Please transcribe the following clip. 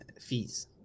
fees